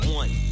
one